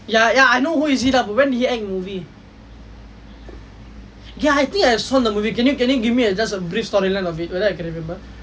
ya ya who is he lah but when did he act in a movie yah I think I saw the movie can you can you can you give me a just a brief storyline of it whether I can remember